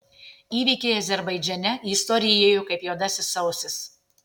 įvykiai azerbaidžane į istoriją įėjo kaip juodasis sausis